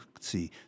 see